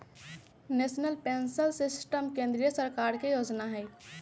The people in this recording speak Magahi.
नेशनल पेंशन सिस्टम केंद्रीय सरकार के जोजना हइ